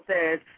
says